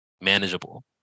manageable